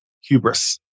hubris